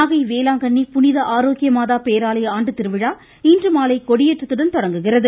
நாகை வேளாங்கண்ணி புனித ஆரோக்கிய மாதா பேராலய ஆண்டுத்திருவிழா இன்றுமாலை கொடியேற்றத்துடன் தொடங்குகிறது